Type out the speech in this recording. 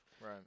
Right